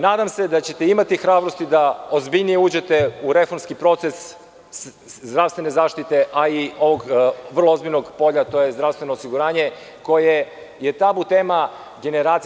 Nadam se da ćete imati hrabrosti da ozbiljnije uđete u reformski proces zdravstvene zaštite, a i ovog vrlo ozbiljnog polja, a to je zdravstveno osiguranje koje je tabu tema generacija.